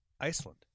Iceland